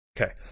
Okay